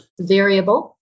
Variable